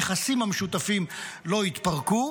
הנכסים המשותפים לא התפרקו,